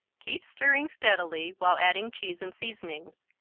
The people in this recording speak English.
keep stirring steadily while adding cheese and seasonings,